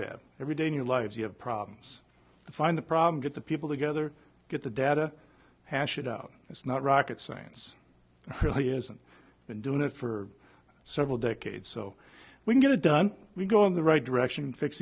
have every day in your lives you have problems to find the problem get the people together get the data hash it out it's not rocket science really hasn't been doing it for several decades so we can get it done we go in the right direction